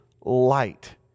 light